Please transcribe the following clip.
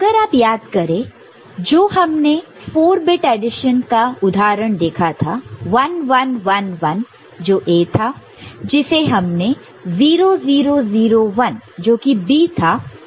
अगर आप याद करें जो हमने 4 बिट एडिशन का जो उदाहरण देखा था 1111 जो A था जिसे हमने 0 0 0 1 जोकि B था उससे ऐड किया था